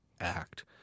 act